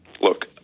look